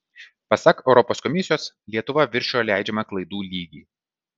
pasak europos komisijos lietuva viršijo leidžiamą klaidų lygį